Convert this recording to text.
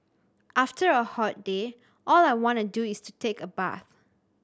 after a hot day all I want to do is to take a bath